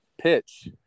pitch